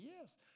yes